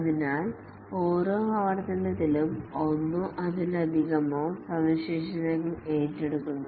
അതിനാൽ ഓരോ ആവർത്തനത്തിലും ഒന്നോ അതിലധികമോ സവിശേഷതകൾ ഏറ്റെടുക്കുന്നു